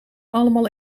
allemaal